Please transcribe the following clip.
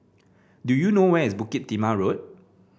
do you know where is Bukit Timah Road